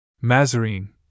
Mazarin